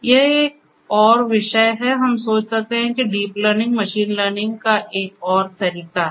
यह एक और विषय है हम सोच सकते हैं कि डीप लर्निंग मशीन लर्निंग का एक और तरीका है